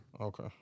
Okay